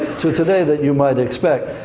to today that you might expect.